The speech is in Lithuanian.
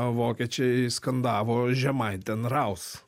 vokiečiai skandavo žemaiten raus